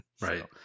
Right